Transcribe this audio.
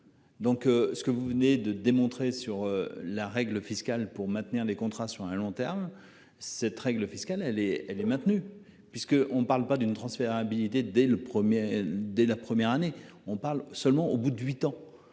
Donc ce que vous venez de démontrer sur la règle fiscale pour maintenir des contrats sur un long terme cette règle fiscale elle est elle est maintenue puisque on ne parle pas d'une transférabilité dès le premier dès la première année on parle seulement au bout de 8 ans,